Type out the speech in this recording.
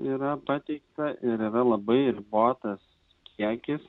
yra pateikta ir yra labai ribotas kiekis